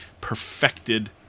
perfected